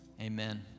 Amen